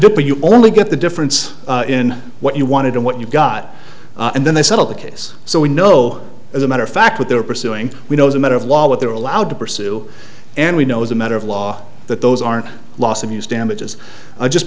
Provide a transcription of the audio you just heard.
dipping you only get the difference in what you wanted and what you got and then they settled the case so we know as a matter of fact what they're pursuing we know as a matter of law what they're allowed to pursue and we know as a matter of law that those aren't loss of use damages just